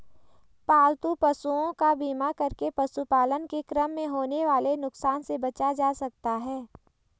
पालतू पशुओं का बीमा करके पशुपालन के क्रम में होने वाले नुकसान से बचा जा सकता है